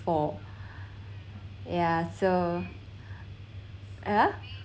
for yeah so uh